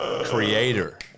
Creator